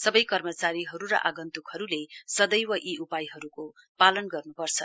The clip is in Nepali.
सबै कर्मचारीहरु र आगन्तुकहरुले सदैव यी उपायहरुको पालन गर्नुपर्छ